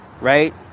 right